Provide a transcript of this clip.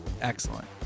Excellent